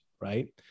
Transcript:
right